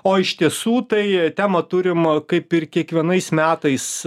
o iš tiesų tai temą turim kaip ir kiekvienais metais